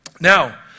Now